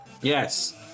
Yes